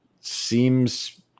seems